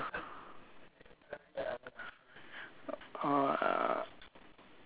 uh